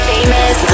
Famous